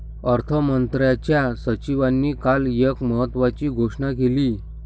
अर्थमंत्र्यांच्या सचिवांनी काल एक महत्त्वाची घोषणा केली